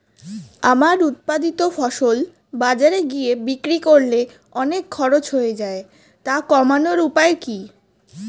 আমার উৎপাদিত ফসল বাজারে গিয়ে বিক্রি করলে অনেক খরচ হয়ে যায় তা কমানোর উপায় কি?